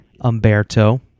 Umberto